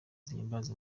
zihimbaza